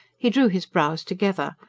he drew his brows together,